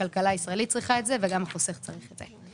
הכלכלה הישראלית צריכה את זה וגם החוסך צריך את זה.